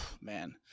man